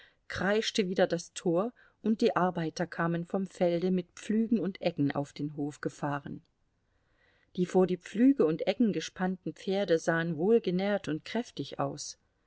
kreischte wieder das tor und die arbeiter kamen vom felde mit pflügen und eggen auf den hof gefahren die vor die pflüge und eggen gespannten pferde sahen wohlgenährt und kräftig aus